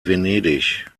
venedig